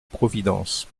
providence